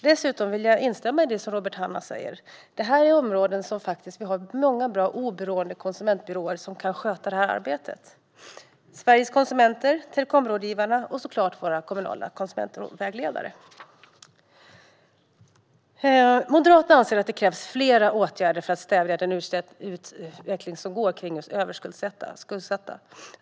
Dessutom vill jag instämma i det som Robert Hannah säger om att det här är områden där vi faktiskt har många bra oberoende konsumentbyråer som kan sköta arbetet: Sveriges Konsumenter, Telekområdgivarna och såklart våra kommunala konsumentvägledare. Moderaterna anser att det krävs flera åtgärder för att stävja utvecklingen med överskuldsättning.